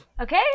Okay